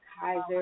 Kaiser